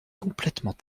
complètement